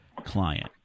client